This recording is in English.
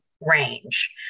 range